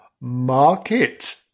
market